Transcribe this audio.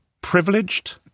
privileged